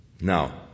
now